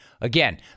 Again